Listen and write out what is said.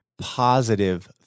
positive